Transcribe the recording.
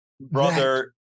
Brother